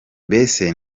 mbese